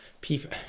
people